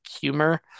humor